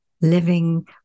living